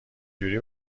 جوری